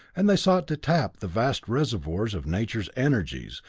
and they sought to tap the vast reservoirs of nature's energies,